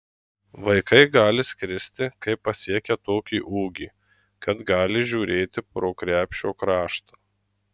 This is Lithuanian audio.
vaikai gali skristi kai pasiekia tokį ūgį kad gali žiūrėti pro krepšio kraštą